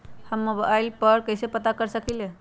हम मोबाइल पर कईसे पता कर सकींले?